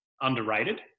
underrated